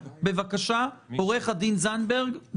בבקשה, עו"ד זנדברג.